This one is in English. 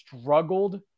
struggled